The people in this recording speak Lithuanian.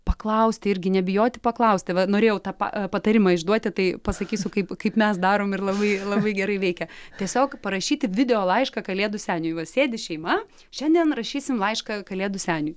paklausti irgi nebijoti paklausti va norėjau tą pa patarimą išduoti tai pasakysiu kaip kaip mes darom ir labai labai gerai veikia tiesiog parašyti video laišką kalėdų seniui va sėdi šeima šiandien rašysim laišką kalėdų seniui